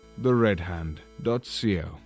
theredhand.co